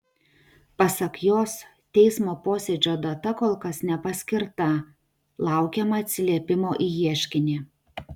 pasak jos teismo posėdžio data kol kas nepaskirta laukiama atsiliepimo į ieškinį